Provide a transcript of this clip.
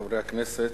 חברי הכנסת,